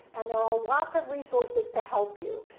and there are lots of resources to help you.